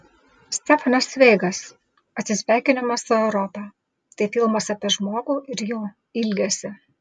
stefanas cveigas atsisveikinimas su europa tai filmas apie žmogų ir jo ilgesį